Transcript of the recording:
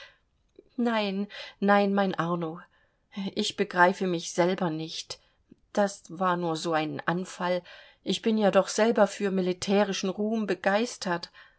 nein nein mein arno ich begreife mich selber nicht das war nur so ein anfall ich bin ja doch selber für militärischen ruhm begeistert